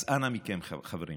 אז אנא מכם, חברים,